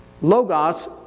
Logos